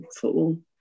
football